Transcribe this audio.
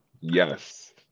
yes